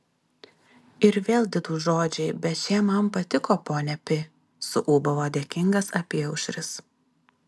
ir vėl didūs žodžiai bet šie man patiko ponia pi suūbavo dėkingas apyaušris